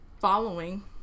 following